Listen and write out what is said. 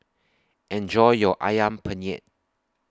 Enjoy your Ayam Penyet